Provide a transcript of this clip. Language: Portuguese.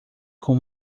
com